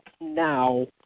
now